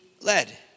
led